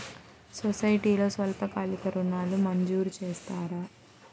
సొసైటీలో స్వల్పకాలిక ఋణాలు మంజూరు చేస్తారా?